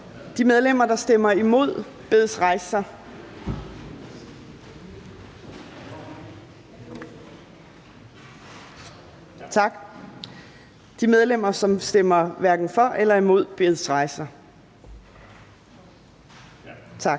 De medlemmer, der stemmer imod, bedes rejse sig. Tak. De medlemmer, der stemmer hverken for eller imod, bedes rejse sig. Tak.